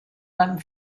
beim